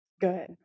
Good